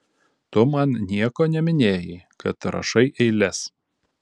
tu man nieko neminėjai kad rašai eiles